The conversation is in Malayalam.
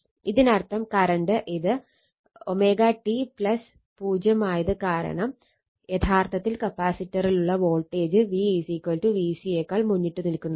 ഇതിനർത്ഥം കറണ്ട് ഇത് ω t 0 ആയത് കാരണം യഥാർത്ഥത്തിൽ കപ്പാസിറ്ററിലുള്ള വോൾട്ടേജ് V VC യെക്കാൾ മുന്നിട്ട് നിൽക്കുന്നുണ്ട്